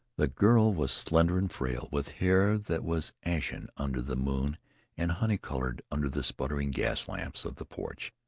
the girl was slender and frail, with hair that was ashen under the moon and honey-coloured under the sputtering gas-lamps of the porch.